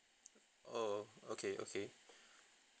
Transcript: oh okay okay